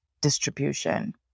distribution